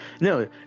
no